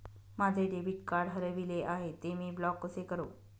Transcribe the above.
माझे debit card हरविले आहे, ते मी ब्लॉक कसे करु?